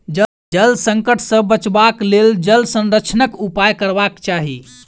जल संकट सॅ बचबाक लेल जल संरक्षणक उपाय करबाक चाही